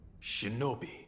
Shinobi